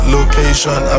Location